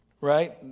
Right